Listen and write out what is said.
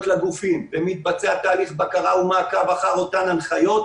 לגופים ומתבצע תהליך בקרה ומעקב אחר אותן הנחיות.